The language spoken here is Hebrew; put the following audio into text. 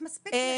בבקשה.